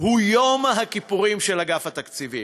הוא יום הכיפורים של אגף התקציבים.